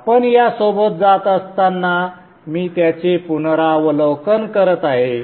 आपण या सोबत जात असताना मी त्यांचे पुनरावलोकन करत आहे